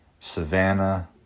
savannah